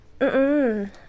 Mm-mm